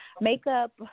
Makeup